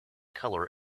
colour